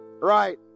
right